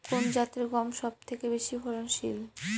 কোন জাতের গম সবথেকে বেশি ফলনশীল?